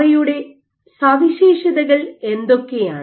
അവയുടെ സവിശേഷതകൾ എന്തൊക്കെയാണ്